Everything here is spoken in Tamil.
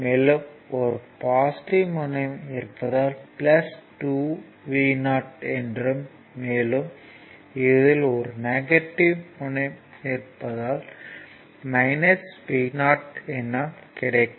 மேலும் ஒரு பாசிட்டிவ் முனையம் இருப்பதால் 2 Vo என்றும் மேலும் இறுதியில் ஒரு நெகட்டிவ் முனையம் இருப்பதால் Vo என கிடைக்கும்